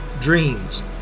Dreams